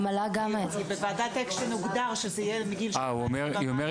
כי בוועדת אקשטיין הוגדר שזה יהיה מגיל --- אומרת